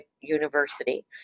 University